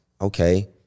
okay